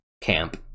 camp